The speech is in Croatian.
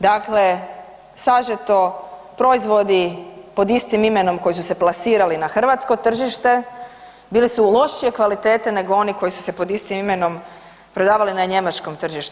Dakle, sažeto, proizvodi pod istim imenom koji su se plasirali na hrvatsko tržište, bili su lošije kvalitete nego oni koji su se pod istim imenom prodavali na njemačkom tržištu.